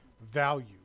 value